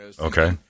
Okay